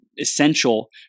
essential